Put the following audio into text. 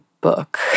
book